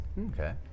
Okay